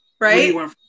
right